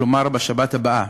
כלומר בשבת הבאה,